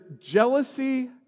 jealousy